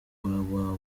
www